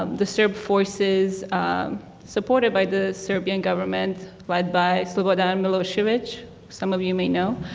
um the serb forces supported by the serbian government. led by slobodan milosevic some of you may know.